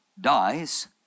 dies